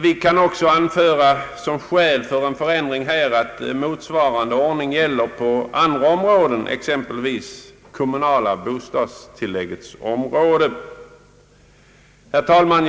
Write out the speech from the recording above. Vi kan också anföra som skäl för en ändring härvidlag att motsvarande ordning gäller på andra områden, exempelvis beträffande det kommunala bostadstilllägget. Herr talman!